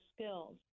skills